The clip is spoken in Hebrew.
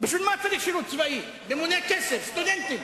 בשביל מה צריך שירות צבאי למוני כסף, סטודנטים?